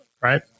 right